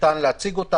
ניתן להציג אותה